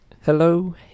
Hello